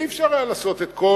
לא היה אפשר לקיים את כל